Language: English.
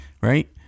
Right